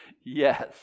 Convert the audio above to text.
yes